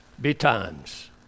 betimes